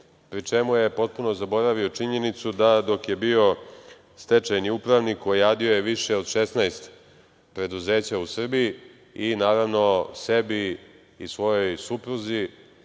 pri čemu je potpuno zaboravio činjenicu da dok je bio stečajni upravnik, ojadio je više od 16 preduzeća u Srbiji i, naravno, sebi i svojoj supruzi